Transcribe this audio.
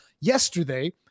yesterday –